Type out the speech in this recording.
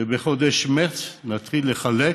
ובחודש מרס נתחיל לחלק